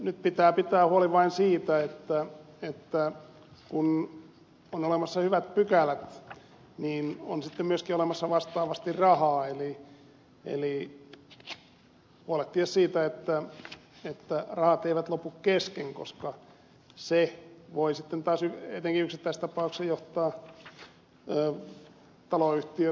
nyt pitää pitää huoli vain siitä että kun on olemassa hyvät pykälät niin on sitten myöskin olemassa vastaavasti rahaa eli pitää huolehtia siitä että rahat eivät lopu kesken koska se voi sitten taas etenkin yksittäistapauksissa johtaa taloyhtiöt kohtuuttomiin vaikeuksiin